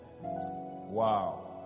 Wow